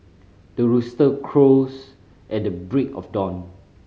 the rooster crows at the break of dawn